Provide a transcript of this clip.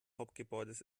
hauptgebäudes